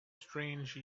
strange